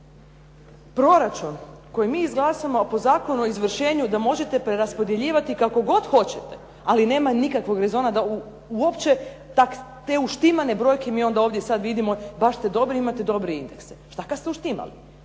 Proračun koji mi izglasamo, a po Zakonu o izvršenju da možete preraspodjeljivati kako god hoćete, ali nema nikakvog … /Govornica se ne razumije./ … da uopće te uštimane brojke mi onda ovdje sad vidimo, baš ste dobri, imate dobre indekse, što kad ste uštimali.